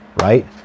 right